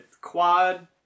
quad